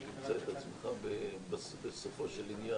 כי אם צריך את --- בסופו של עניין